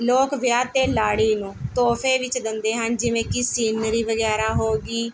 ਲੋਕ ਵਿਆਹ 'ਤੇ ਲਾੜੀ ਨੂੰ ਤੋਹਫੇ ਵਿੱਚ ਦਿੰਦੇ ਹਨ ਜਿਵੇਂ ਕਿ ਸੀਨਰੀ ਵਗੈਰਾ ਹੋ ਗਈ